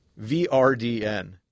VRDN